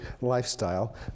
lifestyle